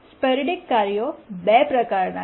sporadic કાર્યો 2 પ્રકારના છે